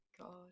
God